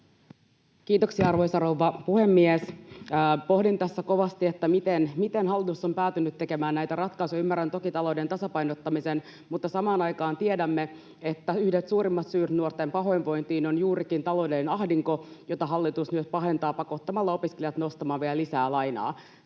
Kiitoksia, arvoisa rouva puhemies! Pohdin tässä kovasti, miten hallitus on päätynyt tekemään näitä ratkaisuja. Ymmärrän toki talouden tasapainottamisen, mutta samaan aikaan tiedämme, että yksi suurimmista syistä nuorten pahoinvointiin on juurikin taloudellinen ahdinko, jota hallitus nyt pahentaa pakottamalla opiskelijat nostamaan vielä lisää lainaa.